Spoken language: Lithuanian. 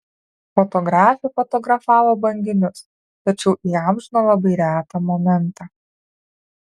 fotografė fotografavo banginius tačiau įamžino labai retą momentą